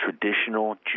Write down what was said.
traditional